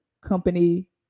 company